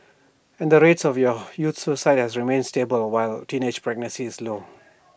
and the rates of your youth suicide have remained stable while teenage pregnancy is low